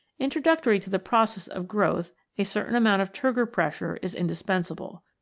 intro ductory to the process of growth a certain amount of turgor pressure is indispensable.